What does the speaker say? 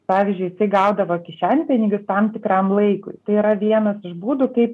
pavyzdžiui jisai gaudavo kišenpinigių tam tikram laikui tai yra vienas iš būdų kaip